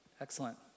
excellent